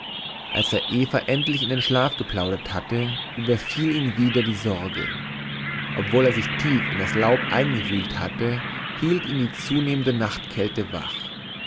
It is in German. als er eva endlich in schlaf geplaudert hatte überfiel ihn wieder die sorge obwohl er sich tief in das laub eingewühlt hatte hielt ihn die zunehmende nachtkälte wach